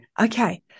Okay